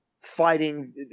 fighting